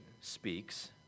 speaks